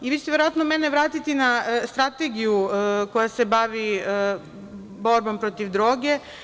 Vi ćete, verovatno, mene vratiti na Strategiju koja se bavi borbom protiv droge.